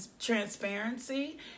transparency